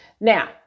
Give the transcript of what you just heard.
Now